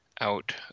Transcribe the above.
out